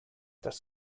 das